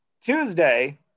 Tuesday